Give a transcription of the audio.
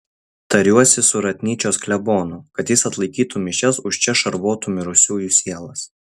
tariuosi su ratnyčios klebonu kad jis atlaikytų mišias už čia šarvotų mirusiųjų sielas